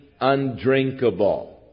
undrinkable